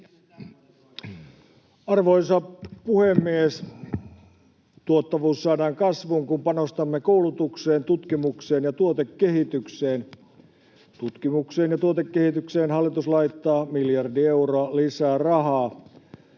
Arvoisa puhemies! Tuottavuus saadaan kasvuun, kun panostamme koulutukseen, tutkimukseen ja tuotekehitykseen. Tutkimukseen ja tuotekehitykseen hallitus laittaa miljardi euroa lisää rahaa.